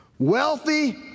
Wealthy